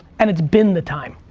and it's been the time.